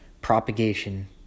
propagation